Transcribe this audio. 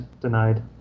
denied